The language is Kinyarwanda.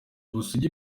ubusugi